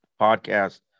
Podcast